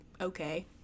okay